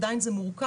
עדיין זה מורכב.